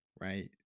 right